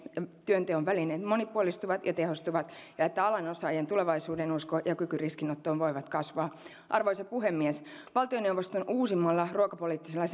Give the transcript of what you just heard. työnteon välineet monipuolistuvat ja tehostuvat ja että alan osaajien tulevaisuudenusko ja kyky riskinottoon voivat kasvaa arvoisa puhemies valtioneuvoston uusimmalla ruokapoliittisella